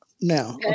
Now